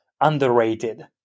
underrated